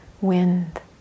wind